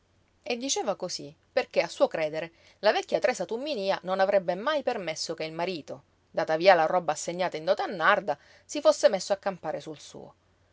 e diceva cosí perché a suo credere la vecchia tresa tumminía non avrebbe mai permesso che il marito data via la roba assegnata in dote a narda si fosse messo a campare sul suo